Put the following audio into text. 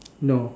no